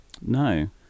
No